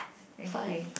okay